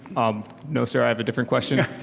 um no sir, i have a different question.